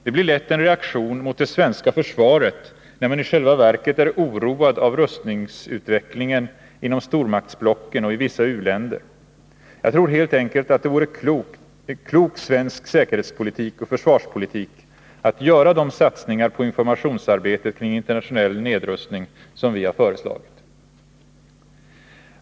Det blir lätt en reaktion mot det svenska försvaret, när man i själva verket är oroad av rustningsutvecklingen inom stormaktsblocken och i vissa u-länder. Jag tror helt enkelt att det vore en klok svensk säkerhetspolitik och försvarspolitik att göra de satsningar på informationsarbetet kring internationell nedrustning som vi föreslagit.